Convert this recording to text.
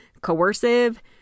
coercive